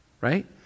right